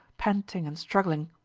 panting and struggling.